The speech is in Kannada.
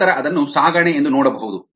ನಂತರ ಅದನ್ನು ಸಾಗಣೆ ಎಂದು ನೋಡಬಹುದು